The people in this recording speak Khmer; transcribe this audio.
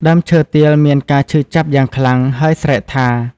ដើមឈើទាលមានការឈឺចាប់យ៉ាងខ្លាំង ហើយស្រែកថា៖